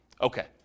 Okay